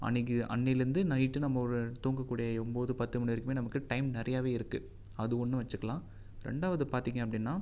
அன்னைக்கு அன்னையிலேர்ந்து நைட்டு நம்ம ஒரு தூங்க கூடிய ஒன்பது பத்து மணி வரைக்குமே டைம் நிறையவே இருக்கு அது ஒன்று வச்சிக்கலாம் ரெண்டாவது பார்த்திங்க அப்படின்னா